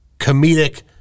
comedic